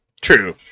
True